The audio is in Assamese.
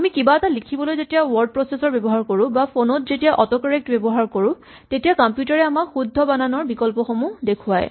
আমি কিবা এটা লিখিবলৈ যেতিয়া ৱৰ্ড প্ৰছেচৰ ব্যৱহাৰ কৰো বা ফন ত যেতিয়া অট'কৰেক্ট ব্যৱহাৰ কৰো তেতিয়া কম্পিউটাৰ এ আমাক শুদ্ধ বানান ৰ বিকল্পসমূহ দেখুৱায়